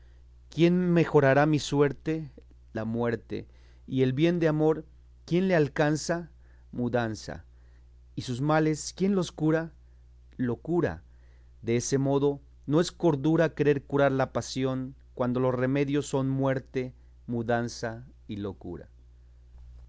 quién mejorará mi suerte la muerte y el bien de amor quién le alcanza mudanza y sus males quién los cura locura de ese modo no es cordura querer curar la pasión cuando los remedios son muerte mudanza y locura